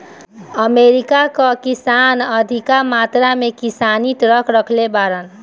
America कअ किसान अधिका मात्रा में किसानी ट्रक रखले बाड़न